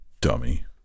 Dummy